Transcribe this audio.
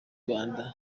rwanda